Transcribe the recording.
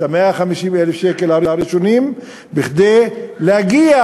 את 150,000 השקל הראשונים כדי להגיע